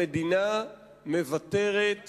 המדינה מוותרת